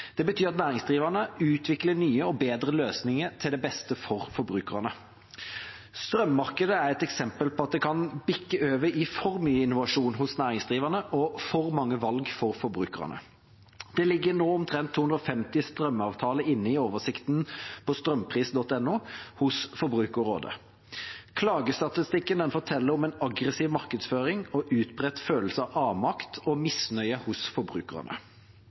Det betyr at næringsdrivende utvikler nye og bedre løsninger til det beste for forbrukerne. Strømmarkedet er et eksempel på at det kan bikke over i for mye innovasjon hos næringsdrivende og for mange valg for forbrukerne. Det ligger nå omtrent 250 strømavtaler inne i oversikten på strompris.no hos Forbrukerrådet. Klagestatistikken forteller om en aggressiv markedsføring og utbredt følelse av avmakt og misnøye hos forbrukerne.